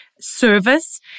service